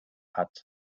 hat